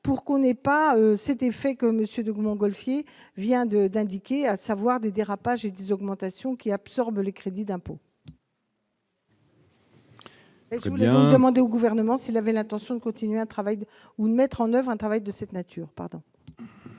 pour qu'on ait pas s'était fait que monsieur De Gaulle Montgolfier vient de d'indiquer, à savoir des dérapages et des augmentations qui absorbe les crédits d'impôt. Je voudrais demander au gouvernement s'il avait l'intention de continuer un travail d'ou de mettre en oeuvre un travail de cette nature,